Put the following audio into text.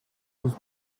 whose